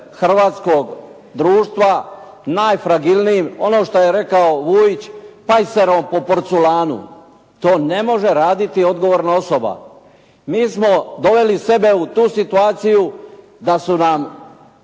hrvatskog društva, najfragilnijim», ono što je rekao Vujić: «Pajserom po porculanu». To ne može raditi odgovorna osoba. Mi smo doveli sebe u tu situaciju da su nam